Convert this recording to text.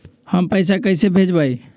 हम पैसा कईसे भेजबई?